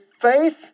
faith